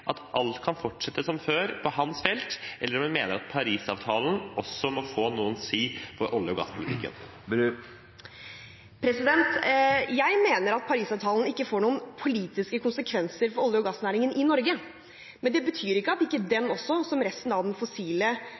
at alt kan fortsette som før på hans felt, eller om hun mener at Paris-avtalen også må få noe å si for olje- og gasspolitikken. Jeg mener at Paris-avtalen ikke får noen politiske konsekvenser for olje- og gassnæringen i Norge. Men det betyr ikke at ikke den også, som resten av den fossile